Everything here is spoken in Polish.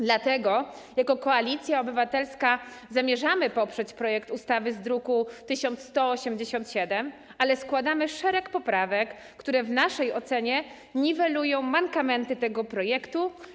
Dlatego jako Koalicja Obywatelska zamierzamy poprzeć projekt ustawy z druku nr 1187, ale składamy szereg poprawek, które w naszej ocenie niwelują mankamenty tego projektu.